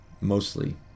mostly